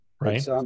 Right